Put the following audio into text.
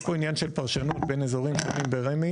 יש פה עניין של פרשנות בין אזורים שונים ברמ"י.